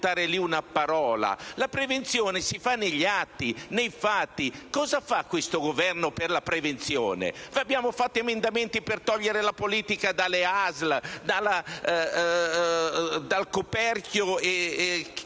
La prevenzione si fa negli atti, nei fatti. Cosa fa questo Governo per la prevenzione? Abbiamo fatto emendamenti per togliere la politica dalle ASL, dal coperchio